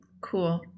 Cool